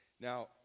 Now